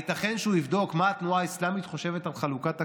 הייתכן שהוא יבדוק מה התנועה האסלאמית חושבת על חלוקת הכספים?